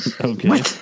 Okay